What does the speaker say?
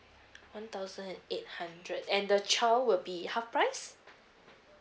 one thousand and eight hundred and the child would be half price